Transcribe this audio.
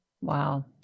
Wow